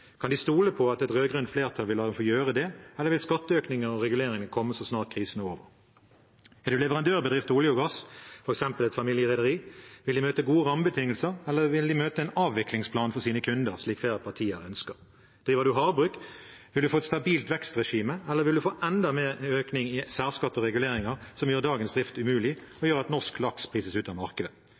Kan de stole på at et rød-grønt flertall vil la dem få gjøre det, eller vil skatteøkninger og reguleringer komme så snart krisen er over? Er de en leverandørbedrift til olje og gass, f.eks. et familierederi: Vil de møte gode rammebetingelser, eller vil de møte en avviklingsplan for sine kunder, slik flere partier ønsker? Driver man havbruk: Vil man få et stabilt vekstregime, eller vil man få enda mer økning i særskatt og reguleringer, som gjør dagens drift umulig og gjør at norsk laks prises ut av markedet?